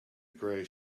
gray